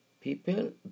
people